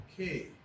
Okay